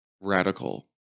radical